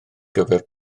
gyfer